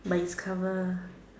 but its cover